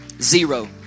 zero